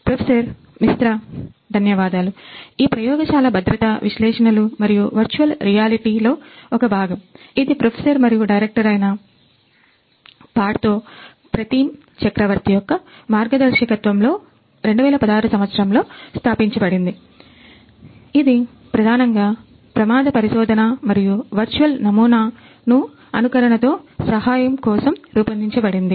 professor Mishra ధన్యవాదాలు ఈ ప్రయోగశాల భద్రతా విశ్లేషణలు మరియు వర్చువల్ రియాలిటీ సహా కోసం రూపొందించబడింది